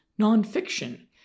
nonfiction